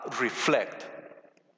reflect